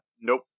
Nope